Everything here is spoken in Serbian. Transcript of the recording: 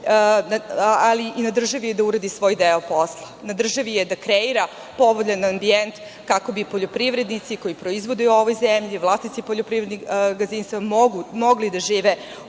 ali i na državi je da uradi svoj deo posla. Na državi je da kreira povoljan ambijent kako bi poljoprivrednici koji proizvode u ovoj zemlji, vlasnici poljoprivrednih gazdinstava mogli da žive